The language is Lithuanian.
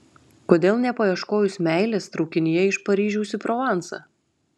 kodėl nepaieškojus meilės traukinyje iš paryžiaus į provansą